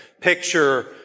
picture